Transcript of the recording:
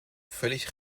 völlig